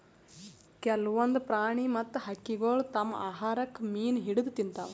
ಕೆಲ್ವನ್ದ್ ಪ್ರಾಣಿ ಮತ್ತ್ ಹಕ್ಕಿಗೊಳ್ ತಮ್ಮ್ ಆಹಾರಕ್ಕ್ ಮೀನ್ ಹಿಡದ್ದ್ ತಿಂತಾವ್